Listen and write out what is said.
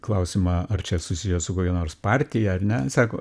klausimą ar čia susiję su kokia nors partija ar ne sako